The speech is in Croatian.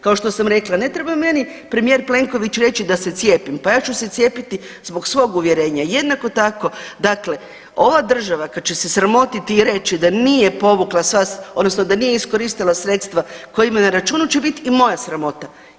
Kao što sam rekla, ne treba meni premijer Plenković reći da se cijepim, pa ja ću se cijepiti zbog svog uvjerenja, jednako tako, dakle, ova država kad se sramotiti i reći da nije povukla sva, odnosno da nije iskoristila sredstva koje ima na računu će biti i moja sramota.